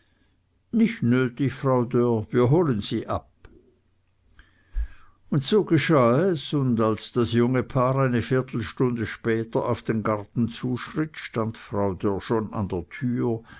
nicht nötig frau dörr wir holen sie ab und so geschah es und als das junge paar eine viertelstunde später auf den garten zuschritt stand frau dörr schon an der tür